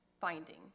finding